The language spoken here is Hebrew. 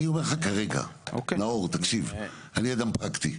אני אומר לך כרגע, נאור, תקשיב, אני אדם פרקטי.